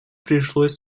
пришлось